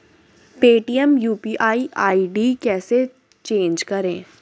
Paytm UPI ID कैसे change करें?